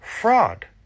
fraud